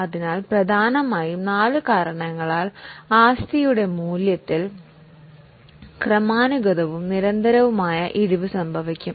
അതിനാൽ പ്രധാനമായും നാല് കാരണങ്ങളാൽ ആസ്തിയുടെ മൂല്യത്തിൽ ക്രമാനുഗതവും നിരന്തരവുമായ ഇടിവാണ് ഇത്